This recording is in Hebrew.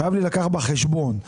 חייב להילקח בחשבון.